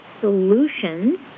solutions